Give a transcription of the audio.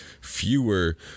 fewer